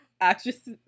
actress